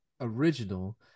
original